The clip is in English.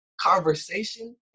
conversation